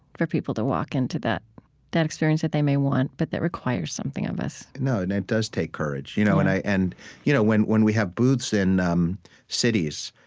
for people to walk into that that experience that they may want, but that requires something of us you know and it does take courage. you know and and you know when when we have booths in um cities,